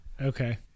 Okay